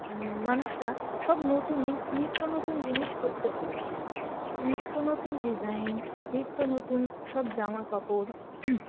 মানুষরা সব নতুন নিত্য নতুন জিনিস পরতে ভালোবাসে তো নিত্য নতুন ডিজাইন নিত্য নতুন সব জামা কাপড়